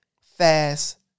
fast